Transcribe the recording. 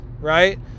right